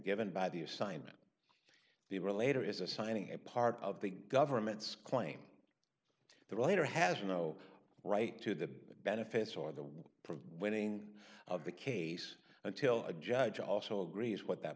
given by the assignment the relator is assigning a part of the government's claim the writer has no right to the benefits or the from winning of the case until a judge also agrees what that